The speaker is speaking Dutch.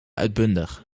uitbundig